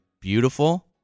beautiful